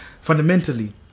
fundamentally